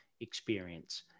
experience